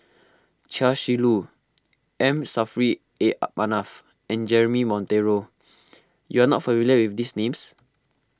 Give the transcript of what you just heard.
Chia Shi Lu M Saffri A Manaf and Jeremy Monteiro you are not familiar with these names